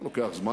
לוקח זמן.